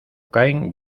caen